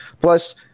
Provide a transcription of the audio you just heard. Plus